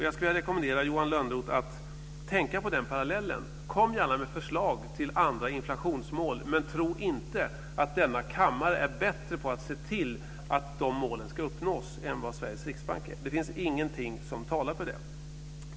Jag rekommenderar Johan Lönnroth att tänka på den parallellen. Kom gärna med förslag till andra inflationsmål, men tro inte att denna kammare är bättre på att se till att de målen uppnås än vad Sveriges riksbank är. Det finns ingenting som talar för det.